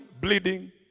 bleeding